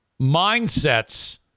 mindsets